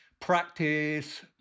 practice